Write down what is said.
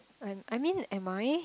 I'm I mean am I